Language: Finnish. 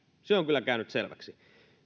se on kyllä käynyt selväksi